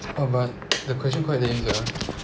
!wah! but the question quite lame sia